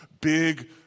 big